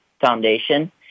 foundation